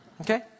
Okay